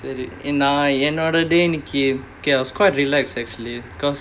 சரி நான் இன்னிக்கி என்னோட:sari naan innikki ennoda day I was quite relaxed actually because